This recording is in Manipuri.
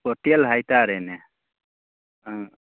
ꯍꯣꯇꯦꯜ ꯍꯥꯏꯇꯔꯦꯅꯦ ꯑꯥ